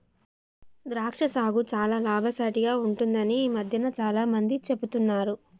ద్రాక్ష సాగు చాల లాభసాటిగ ఉంటుందని ఈ మధ్యన చాల మంది చెపుతున్నారు